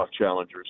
challengers